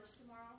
tomorrow